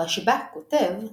הרשב"א כותב,